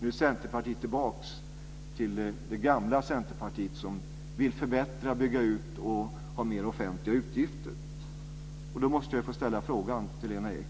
Nu är Centerpartiet tillbaka till det gamla Centerpartiet som vill förbättra, bygga ut och ha mer offentliga utgifter. Då måste jag få ställa en fråga till Lena Ek.